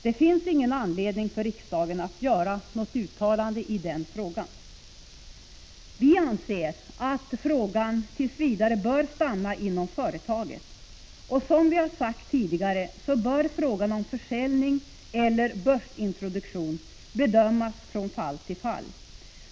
Det finns därför ingen anledning för riksdagen att göra ett sådant uttalande som reservanterna föreslår. Vi anser att frågan tills vidare bör stanna inom företaget. Som vi har sagt tidigare bör frågan om försäljning eller börsintroduktion bedömas från fall till fall.